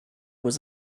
was